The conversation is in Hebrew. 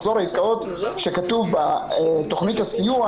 מחזור העסקאות שכתוב בתוכנית הסיוע